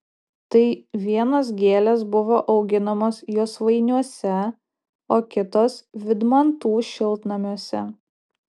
tai vienos gėlės buvo auginamos josvainiuose o kitos vydmantų šiltnamiuose